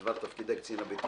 בדבר תפקידי קצין הבטיחות.